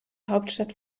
hauptstadt